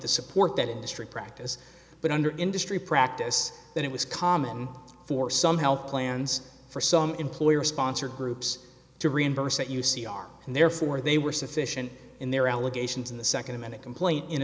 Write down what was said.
to support that industry practice but under industry practice that it was common for some health plans for some employer sponsored groups to reimburse at u c r and therefore they were sufficient in their allegations in the second a minute complaint